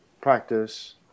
practice